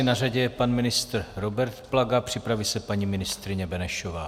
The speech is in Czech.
Na řadě je pan ministr Robert Plaga, připraví se paní ministryně Benešová.